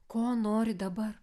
ko nori dabar